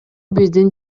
биздин